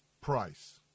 price